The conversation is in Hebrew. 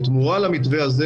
בתמורה למתווה הזה,